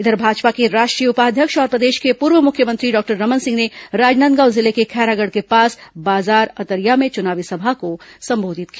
इधर भाजपा के राष्ट्रीय उपाध्यक्ष और प्रदेश के पूर्व मुख्यमंत्री डॉक्टर रमन सिंह ने राजनांदगांव जिले के खैरागढ़ के पास बाजारअतरिया में चुनावी सभा को संबोधित किया